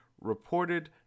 reported